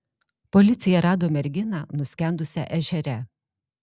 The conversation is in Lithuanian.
policija rado merginą nuskendusią ežere